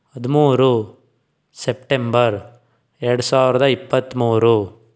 ಹದಿಮೂರು ಸೆಪ್ಟೆಂಬರ್ ಎರಡು ಸಾವಿರದ ಇಪ್ಪತ್ತ್ಮೂರು